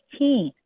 15